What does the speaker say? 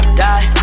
die